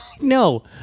No